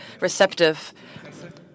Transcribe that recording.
receptive